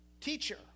teacher